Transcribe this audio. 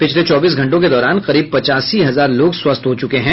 पिछले चौबीस घंटों के दौरान करीब पचासी हजार लोग स्वस्थ हो चुके हैं